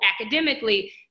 academically